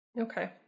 Okay